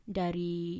dari